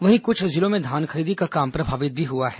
वहीं कुछ जिलों में धान खरीदी का काम भी प्रभावित हुआ है